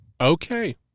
Okay